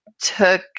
took